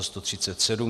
137.